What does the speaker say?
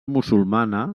musulmana